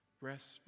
rest